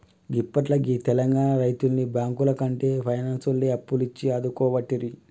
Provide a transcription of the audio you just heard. గిప్పట్ల గీ తెలంగాణ రైతుల్ని బాంకులకంటే పైనాన్సోల్లే అప్పులిచ్చి ఆదుకోవట్టిరి